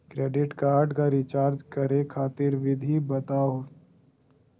Credit card क recharge करै खातिर विधि बताहु हो?